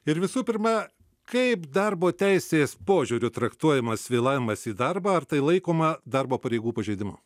ir visų pirma kaip darbo teisės požiūriu traktuojamas vėlavimas į darbą ar tai laikoma darbo pareigų pažeidimu